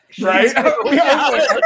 Right